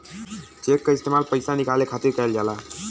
check क इस्तेमाल पइसा निकाले खातिर करल जाला